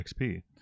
XP